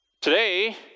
Today